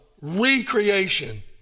recreation